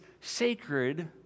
sacred